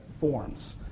forms